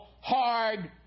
hard